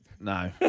No